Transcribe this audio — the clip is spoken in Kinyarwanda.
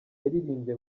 yaririmbye